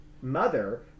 mother